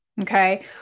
Okay